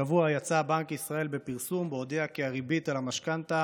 השבוע יצא בנק ישראל בפרסום שבו הודיע כי הריבית על המשכנתה